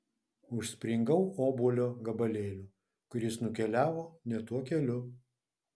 užspringau obuolio gabalėliu kuris nukeliavo ne tuo keliu